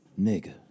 Nigga